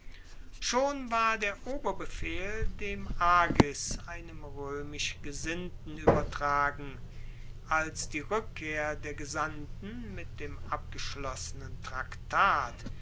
schon war der oberbefehl dem agis einem roemisch gesinnten uebertragen als die rueckkehr der gesandten mit dem abgeschlossenen traktat